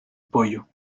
pollo